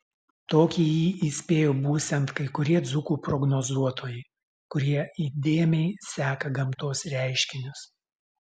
tokį jį įspėjo būsiant kai kurie dzūkų prognozuotojai kurie įdėmiai seka gamtos reiškinius